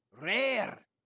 Rare